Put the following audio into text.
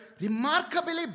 remarkably